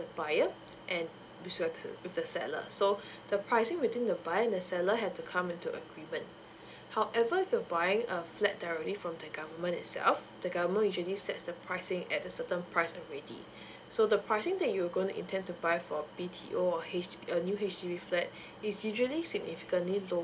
buyer and with your the seller so the pricing between the buyer and the seller had to come into agreement however if you are buying a flat directly from the government itself the government usually sets the pricing at a certain price already so the pricing that you gonna intend to buy for B_T_O of H err new H_D_B flat it's usually significantly lower